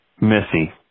Missy